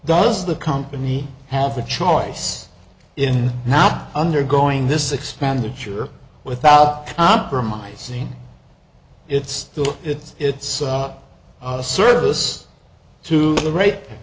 does the company have a choice in not undergoing this expenditure without compromising it's still it's it's up a service to the right